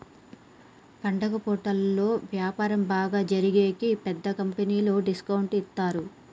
పండుగ పూటలలో వ్యాపారం బాగా జరిగేకి పెద్ద కంపెనీలు డిస్కౌంట్ ఇత్తారు